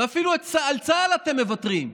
ואפילו על צה"ל אתם מוותרים.